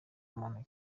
muntu